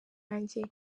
yanjye